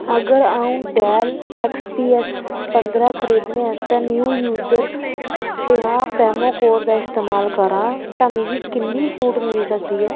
अगर अ'ऊं Dell X P S पंदरां खरीदने आस्तै न्यू यूज़र पजांह्ं प्रोमो कोड दा इस्तेमाल करांऽ तां मिगी कि'न्नी छूट मिली सकदी ऐ